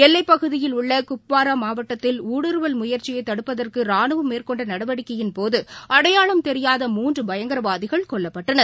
எல்லைப்பகுதியில் உள்ளகுப்வாராமாவட்டத்தில் ஊடுறுவல் முயற்சியைதடுப்பதற்குராணுவம் மேற்கொண்டநடவடிக்கையின்போதுஅடையாளம் தெரியாத மூன்றுபயங்கரவாதிகள் கொல்லப்பட்டனர்